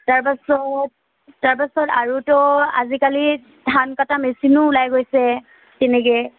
তাৰপাছত তাৰপাছত আৰুতো আজিকালি ধান কটা মেচিনো ওলাই গৈছে তেনেকৈ